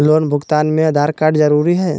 Loan भुगतान में Aadhaar card जरूरी है?